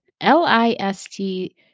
L-I-S-T